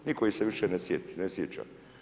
Nitko ih se više ne sjeća.